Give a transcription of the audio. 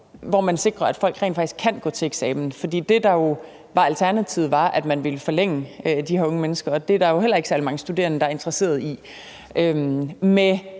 hvorpå man sikrer, at folk rent faktisk kan gå til eksamen. For det, der jo var alternativet, var, at man ville forlænge de her unge menneskers forløb, og det er der jo heller ikke særlig mange studerende, der er interesseret i. Med